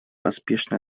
поспешно